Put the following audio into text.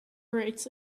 rights